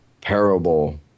parable